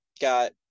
got